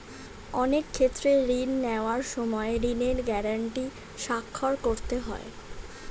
অনেক ক্ষেত্রে ঋণ নেওয়ার সময় ঋণের গ্যারান্টি স্বাক্ষর করতে হয়